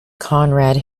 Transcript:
conrad